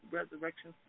Resurrection